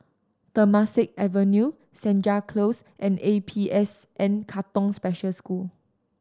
Temasek Avenue Senja Close and A P S N Katong Special School